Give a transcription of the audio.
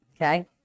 okay